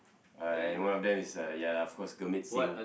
uh one of them is uh ya lah of course Gurmit-Singh